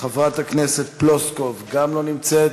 חברת הכנסת פלוסקוב, גם לא נמצאת.